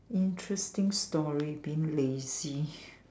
interesting story being lazy